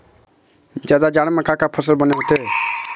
जादा जाड़ा म का का फसल बने होथे?